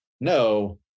no